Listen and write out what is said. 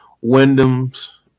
Wyndham's